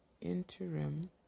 interim